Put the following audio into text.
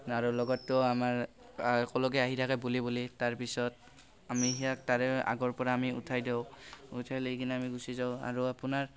আৰু লগৰটো আমাৰ একেলগে আহি থাকে বুলি বুলি তাৰপিছত আমি সিয়াক তাৰে আগৰ পৰা আমি উঠাই দিওঁ উঠাই লৈ কিনে আমি গুচি যাওঁ আৰু আপোনাৰ